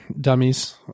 dummies